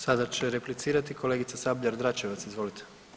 Sada će replicirati kolegica Sabljar-Dračevac, izvolite.